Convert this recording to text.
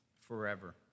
forever